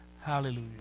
Hallelujah